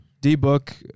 D-Book